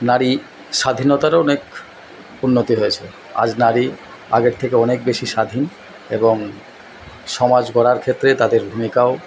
নারী স্বাধীনতারও অনেক উন্নতি হয়েছে আজ নারী আগের থেকে অনেক বেশি স্বাধীন এবং সমাজ গড়ার ক্ষেত্রে তাদের ভূমিকাও